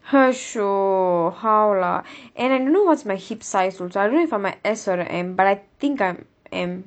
how lah and I don't know what's my hip size also I don't know if I'm a S or a M but I think I'm M